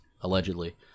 allegedly